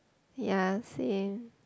ya same